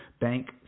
bank